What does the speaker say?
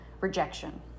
rejection